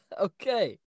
okay